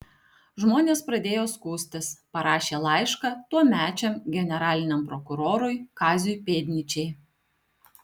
žmonės pradėjo skųstis parašė laišką tuomečiam generaliniam prokurorui kaziui pėdnyčiai